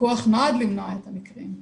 הפיקוח נועד למנוע את המקרים.